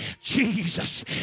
Jesus